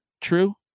true